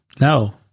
no